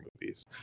movies